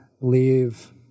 leave